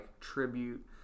tribute